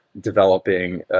developing